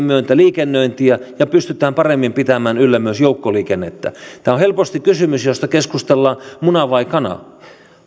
myötä myös liikennöintiä ja pystytään paremmin pitämään yllä myös joukkoliikennettä tämä on helposti kysymys josta keskustellaan muna vai kana